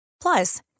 Plus